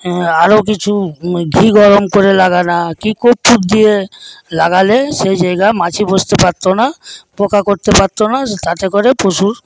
আরও কিছু ঘি গরম করে লাগানা কি কর্পূর দিয়ে লাগালে সেই জায়গায় মাছি বসতে পারতো না পোকা করতে পারতো না তাতে করে পশুর